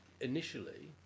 Initially